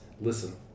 listen